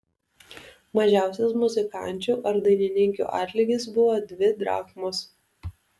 mažiausias muzikančių ar dainininkių atlygis buvo dvi drachmos